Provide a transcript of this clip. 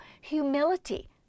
humility